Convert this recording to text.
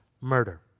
murder